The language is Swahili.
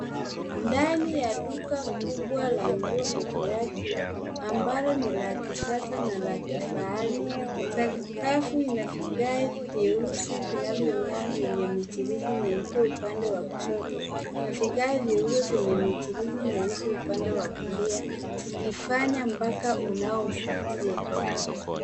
Ndani ya duka kubwa la nguo na viatu ambalo ni la kisasa na la kifahari. Sakafu ina vigae vieusi vinavyong'aa vyenye michirizi vieupe upande wa kushoto, na vigae vieupe vyenye michirizi nyeusi upande wa kulia zikifanya mpaka unaovutia.